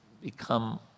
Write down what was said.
become